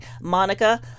Monica